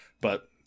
but-